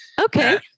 Okay